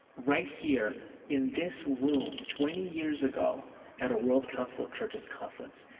right here in this room twenty years ago at a world council of churches conference.